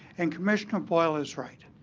and commissioner boyle is right.